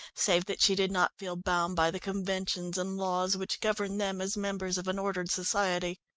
save that she did not feel bound by the conventions and laws which govern them as members of an ordered society.